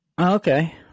Okay